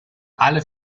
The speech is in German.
alle